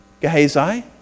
Gehazi